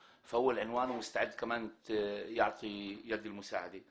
שעברתם בה לא מעט פעמים בזמן שהותכם במדינת ישראל ושהותנו בלבנון,